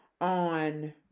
on